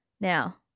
Now